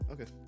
Okay